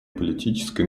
политической